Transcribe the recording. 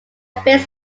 faced